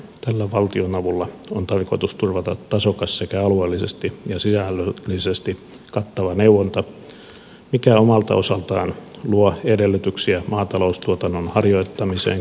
tällä valtionavulla on tarkoitus turvata tasokas sekä alueellisesti ja sisällöllisesti kattava neuvonta mikä omalta osaltaan luo edellytyksiä maataloustuotannon harjoittamiseen koko maassa